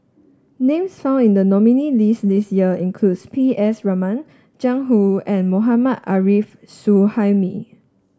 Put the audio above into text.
names found in the nominees' list this year include P S Raman Jiang Hu and Mohammad Arif Suhaimi